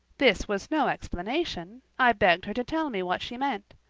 this was no explanation i begged her to tell me what she meant.